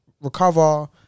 Recover